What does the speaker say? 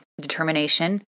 determination